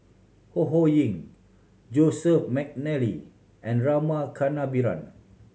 Ho Ho Ying Joseph McNally and Rama Kannabiran